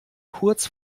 kurz